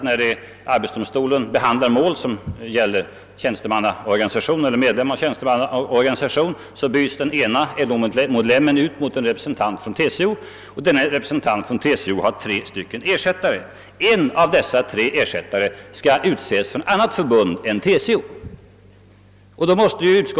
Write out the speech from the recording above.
När arbetsdomstolen behandlar mål som gäller medlem av tjänstemannaorganisation byts den ene LO-medlemmen ut mot en representant för TCO, och denne har tre ersättare. En av dessa tre ersättare skall utses av annat förbund än TCO, vilket i det här fallet betyder SACO.